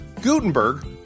Gutenberg